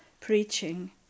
preaching